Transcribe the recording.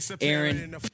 Aaron